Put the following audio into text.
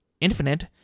Infinite